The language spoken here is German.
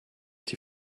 die